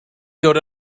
dod